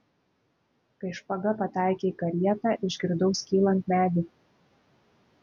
kai špaga pataikė į karietą išgirdau skylant medį